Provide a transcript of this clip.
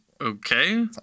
Okay